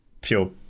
pure